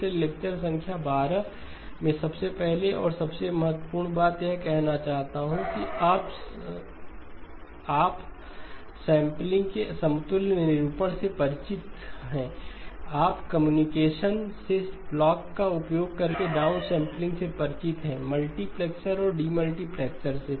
इसलिए लेक्चर संख्या 12 मैं सबसे पहले और सबसे महत्वपूर्ण बात यह चाहता हूं कि आप अपसैंपलिंग के समतुल्य निरूपण से परिचित हों आप कम्युनिकेशन्स से ब्लॉक का उपयोग कर डाउनसैंपलिंग से परिचित हैं मल्टीप्लेक्सर और डीमल्टीप्लैक्सर से